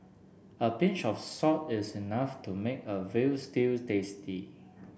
a pinch of salt is enough to make a veal stew tasty